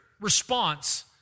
response